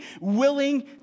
willing